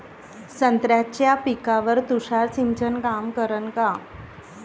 संत्र्याच्या पिकावर तुषार सिंचन काम करन का?